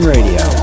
Radio